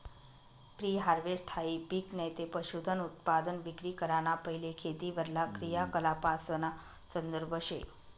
pre हारवेस्टहाई पिक नैते पशुधनउत्पादन विक्री कराना पैले खेतीवरला क्रियाकलापासना संदर्भ शे